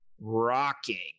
rocking